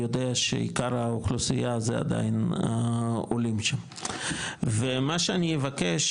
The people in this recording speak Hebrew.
יודע שעיקר האוכלוסייה זה עדיין העולים שם ומה שאני אבקש